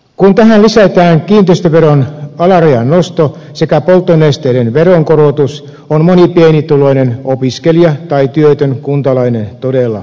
kun tähän lisätään kiinteistöveron alarajan nosto sekä polttonesteiden veronkorotus on moni pienituloinen opiskelija tai työtön kuntalainen todella tiukoilla